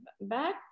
back